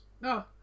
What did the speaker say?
No